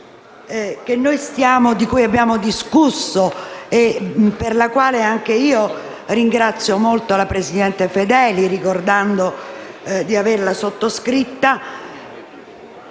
La mozione di cui abbiamo discusso, e per la quale anch'io ringrazio molto la vice presidente Fedeli ricordando di averla sottoscritta,